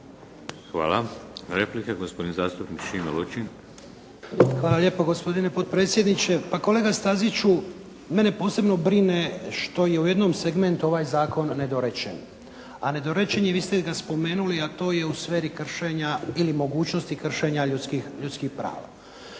Hvala. Replike. Gospodin zastupnik Šime Lučin. **Lučin, Šime (SDP)** Hvala lijepo gospodine predsjedniče. Pa kolega Staziću, mene posebno brine što je u jednom segmentu ovaj zakon nedorečen, a nedorečen je vi ste ga spomenuli, a to je u sferi kršenja ili mogućnosti kršenja ljudskih prava.